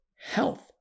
health